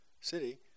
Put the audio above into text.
city